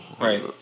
Right